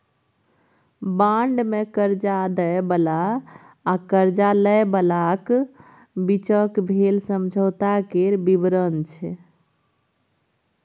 bond मे करजा दय बला आ करजा लय बलाक बीचक भेल समझौता केर बिबरण छै